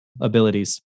abilities